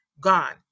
Gone